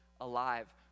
alive